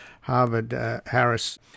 Harvard-Harris